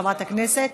חברת הכנסת